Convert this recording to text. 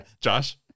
Josh